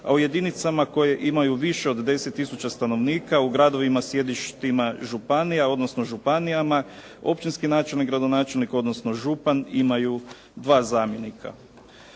a u jedinicama koje imaju više od 10 tisuća stanovnika u gradovima, sjedištima županija odnosno županijama općinski načelnik, gradonačelnik odnosno župan imaju 2 zamjenika.